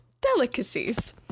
delicacies